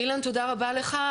אילן, תודה רבה לך.